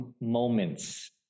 moments